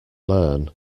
learn